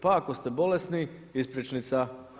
Pa ako ste bolesni ispričnica.